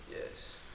Yes